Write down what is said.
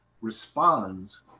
responds